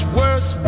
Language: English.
worse